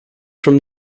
from